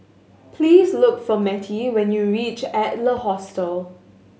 please look for Mettie when you reach Adler Hostel